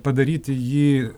padaryti jį